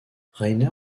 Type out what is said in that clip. rainer